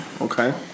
Okay